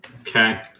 Okay